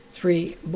Three